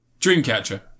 Dreamcatcher